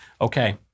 Okay